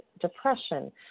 depression